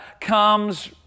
comes